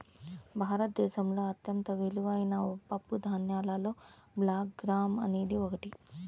భారతదేశంలో అత్యంత విలువైన పప్పుధాన్యాలలో బ్లాక్ గ్రామ్ అనేది ఒకటి